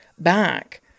back